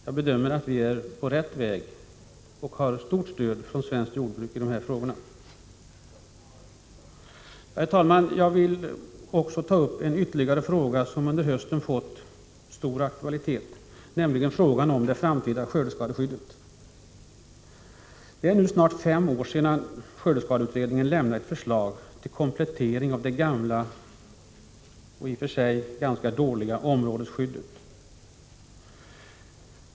Jag bedömer att vi är på rätt väg och har starkt stöd från svenskt jordbruk i dessa frågor. Herr talman! Jag vill också ta upp ytterligare en fråga som under hösten har fått stor aktualitet, nämligen frågan om det framtida skördeskadeskyddet. Det är nu snart fem år sedan skördeskadeutredningen lämnade ett förslag till komplettering av det gamla — i och för sig ganska dåliga — områdesskyddet.